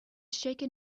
shaken